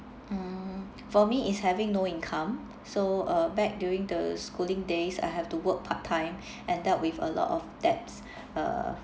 mm for me is having no income so uh back during the schooling days I have to work part-time and dealt with a lot of debts uh